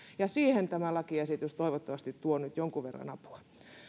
ja siihen tämä lakiesitys toivottavasti tuo nyt jonkun verran apua